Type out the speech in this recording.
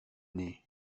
nez